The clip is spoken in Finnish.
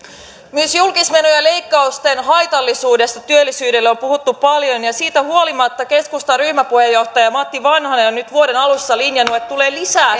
myös julkismenojen leikkausten haitallisuudesta työllisyydelle on puhuttu paljon ja siitä huolimatta keskustan ryhmäpuheenjohtaja matti vanhanen on nyt vuoden alussa linjannut että tulee lisää